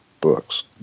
books